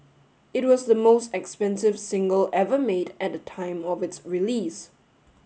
it was the most expensive single ever made at the time of its release